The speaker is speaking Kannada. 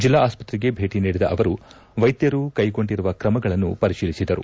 ಜಿಲ್ಲಾ ಆಸ್ತತ್ರೆಗೆ ಭೇಟಿ ನೀಡಿದ ಅವರು ವೈದ್ವರು ಕೈಗೊಂಡಿರುವ ಕ್ರಮಗಳನ್ನು ಪರೀಶಲಿಸಿದರು